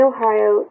Ohio